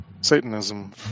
Satanism